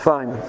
Fine